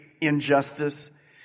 injustice